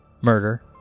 murder